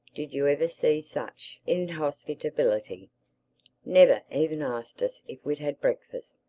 did you ever see such inhospitability never even asked us if we'd had breakfast,